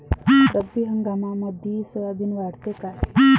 रब्बी हंगामामंदी सोयाबीन वाढते काय?